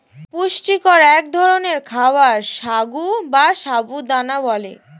পুষ্টিকর এক ধরনের খাবার সাগু বা সাবু দানা বলে